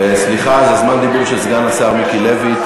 זמן דיבור של סגן השר מיקי לוי.